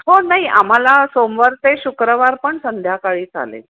हो नाही आम्हाला सोमवार ते शुक्रवार पण संध्याकाळी चालेल